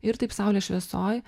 ir taip saulės šviesoj